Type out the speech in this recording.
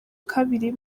kabiri